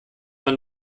man